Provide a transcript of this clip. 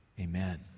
Amen